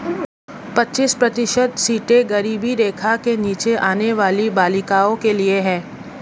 पच्चीस प्रतिशत सीटें गरीबी रेखा के नीचे आने वाली बालिकाओं के लिए है